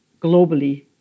globally